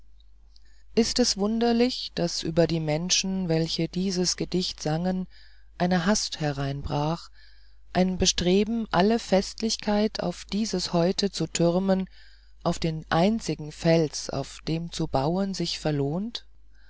ist es wunderlich daß über die menschen welche dieses gedicht sangen eine hast hereinbrach ein bestreben alle festlichkeit auf dieses heute zu türmen auf den einzigen fels auf dem zu bauen sich verlohnt